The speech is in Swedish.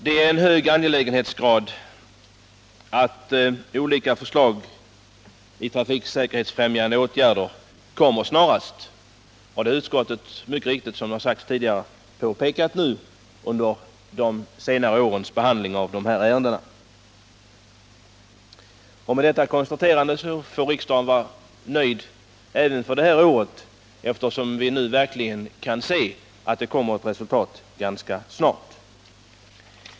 Det är av hög angelägenhetsgrad att olika förslag till trafiksäkerhetsfrämjande åtgärder kommer snarast, och det har utskottet mycket riktigt, som har sagts tidigare, påpekat under senare års behandling av ärendena. Med detta konstaterande får riksdagen vara nöjd även för detta år, eftersom vi nu verkligen kan se att det kommer ett resultat snart.